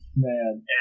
Man